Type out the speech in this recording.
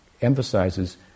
emphasizes